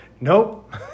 nope